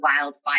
wildfire